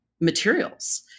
materials